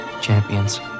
champions